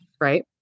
right